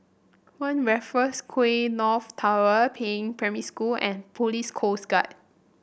One Raffles Quay North Tower Peiying Primary School and Police Coast Guard